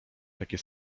takie